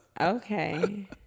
Okay